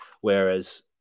whereas